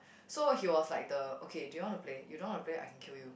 so he was like the okay do you want to play you don't want to play I can kill you